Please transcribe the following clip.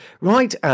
right